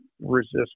resist